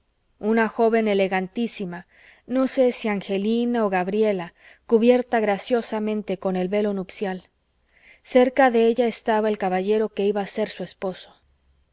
una joven elegantísima no sé si angelina o gabriela cubierta graciosamente con el velo nupcial cerca de ella estaba el caballero que iba a ser su esposo